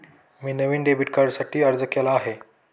मी नवीन डेबिट कार्डसाठी अर्ज केला आहे